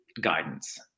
guidance